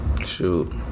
Shoot